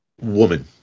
woman